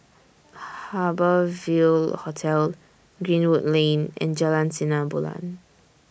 Harbour Ville Hotel Greenwood Lane and Jalan Sinar Bulan